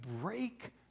break